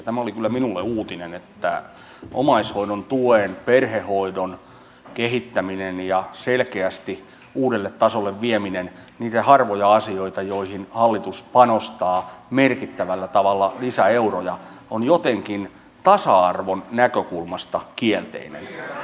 tämä oli kyllä minulle uutinen että omaishoidon tuen perhehoidon kehittäminen ja selkeästi uudelle tasolle vieminen niitä harvoja asioita joihin hallitus panostaa merkittävällä tavalla lisäeuroja on jotenkin tasa arvon näkökulmasta kielteinen